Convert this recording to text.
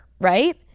Right